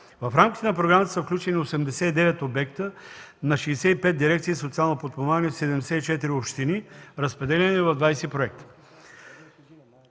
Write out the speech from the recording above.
В рамките на програмата са включени 89 обекта на 65 дирекции „Социално подпомагане” и 74 общини, разпределени в 20 проекта.